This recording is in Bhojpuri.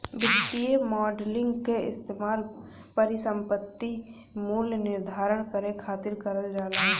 वित्तीय मॉडलिंग क इस्तेमाल परिसंपत्ति मूल्य निर्धारण करे खातिर करल जाला